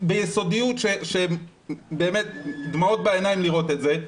ביסודיות שבאמת דמעות בעיניים לראות את זה,